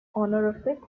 honorific